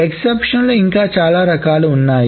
exception లో ఇంకా చాలా రకాలు ఉన్నాయి